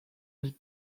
ligue